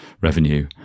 revenue